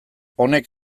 honek